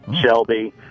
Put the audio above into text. Shelby